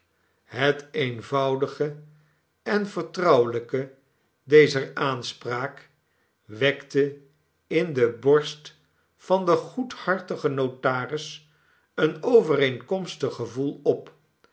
het eenvoudige en vertrouwelijke dezer aanspraak wekte in de borst van den goedhartigen notaris een overeenkomstig gevoel op